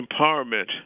empowerment